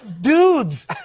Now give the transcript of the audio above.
dudes